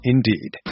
Indeed